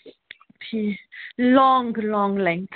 ٹھیٖک long long length